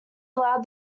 allowed